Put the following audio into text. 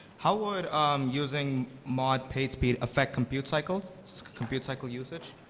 how would um using mod pagespeed affect compute cycle compute cycle usage?